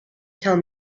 tell